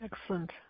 Excellent